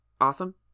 awesome